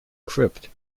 crypt